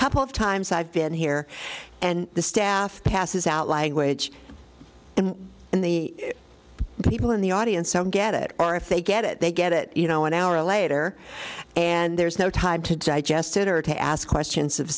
couple of times i've been here and this half passes out language and the people in the audience some get it are if they get it they get it you know an hour later and there's no time to digest it or to ask questions of